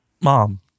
mom